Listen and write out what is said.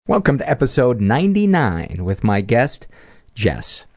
welcome to episode ninety nine with my guest jess.